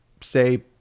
say